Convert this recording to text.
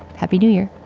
happy new year,